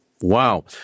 wow